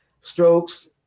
strokes